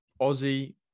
aussie